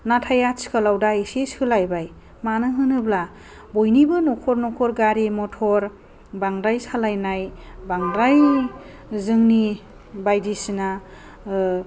नाथाय आथिखालाव दा एसे सोलायबाय मानो होनोब्ला बयनिबो न'खर न'खर गारि मटर बांद्राय सालायनाय बांद्राय जोंनि बायदि सिना